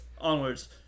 onwards